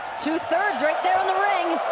two-thirds right there in the ring.